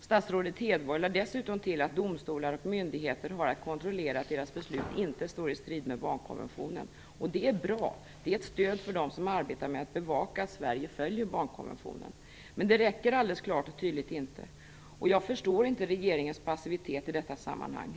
Statsrådet Hedborg lade dessutom till att domstolar och myndigheter har att kontrollera att deras beslut inte står i strid med barnkonventionen. Och det är bra, det är ett stöd för dem som arbetar med att bevaka att Sverige följer barnkonventionen. Men det räcker alldeles klart och tydligt inte. Och jag förstår inte regeringens passivitet i detta sammanhang.